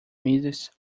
midst